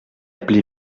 appelé